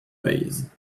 vase